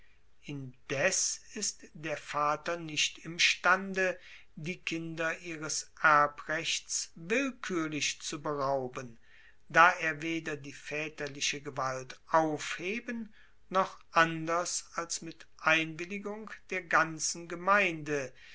indes ist der vater nicht imstande die kinder ihres erbrechts willkuerlich zu berauben da er weder die vaeterliche gewalt aufheben noch anders als mit einwilligung der ganzen gemeinde